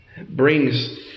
brings